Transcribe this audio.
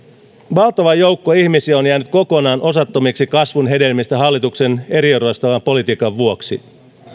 valtava joukko ihmisiä on jäänyt kokonaan osattomiksi kasvun hedelmistä hallituksen eriarvoistavan politiikan vuoksi